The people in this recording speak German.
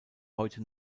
heute